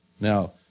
Now